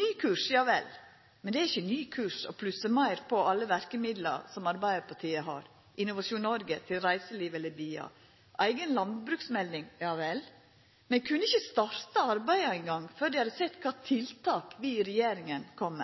Ny kurs – ja vel, men det er ikkje ny kurs å plussa på meir til alle verkemidla som Arbeidarpartiet har, til Innovasjon Norge, til reiseliv eller til BIA. Eiga landbruksmelding – ja vel, men dei kunne ikkje starta eingong før dei hadde sett kva for tiltak vi i regjeringa